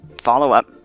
follow-up